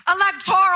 Electoral